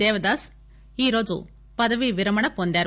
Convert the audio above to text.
దేవదాస్ ఈరోజు పదవీ విరమణ పొందారు